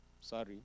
Sorry